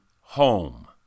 home